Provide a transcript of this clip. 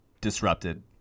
disrupted